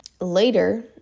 later